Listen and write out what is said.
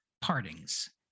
Partings